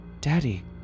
Daddy